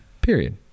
period